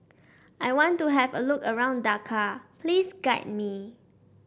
I want to have a look around Dakar please guide me